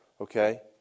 Okay